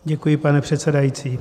Děkuji, pane předsedající.